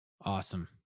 Awesome